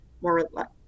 more